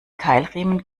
keilriemen